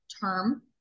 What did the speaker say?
term